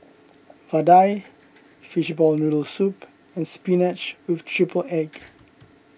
Vadai Fishball Noodle Soup and Spinach with Triple Egg